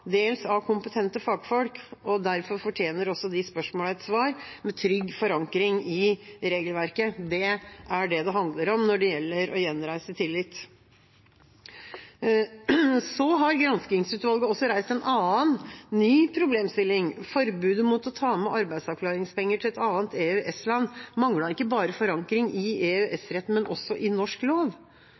dels av kompetente fagfolk. Derfor fortjener også de spørsmålene et svar med trygg forankring i regelverket. Det er det det handler om når det gjelder å gjenreise tillit. Granskingsutvalget har også reist en annen, ny problemstilling: Forbudet mot å ta med seg arbeidsavklaringspenger til et annet EØS-land manglet ikke bare forankring i EØS-retten, men også i norsk lov.